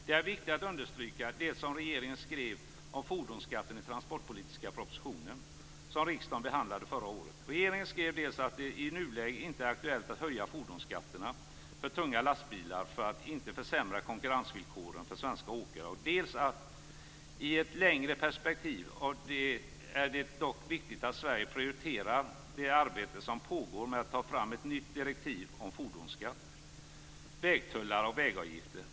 Det är viktigt att understryka det som regeringen skrev om fordonsskatten i den transportpolitiska proposition som riksdagen behandlade förra året. Regeringen skrev dels att det i nuläget inte är aktuellt att höja fordonsskatterna för tunga lastbilar för att inte försämra konkurrensvillkoren för svenska åkare, dels att "I ett längre perspektiv är det dock viktigt att Sverige prioriterar det arbete som pågår med att ta fram ett nytt direktiv om fordonsskatt, vägtullar och vägavgifter."